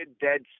dead